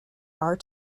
are